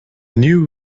new